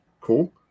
cool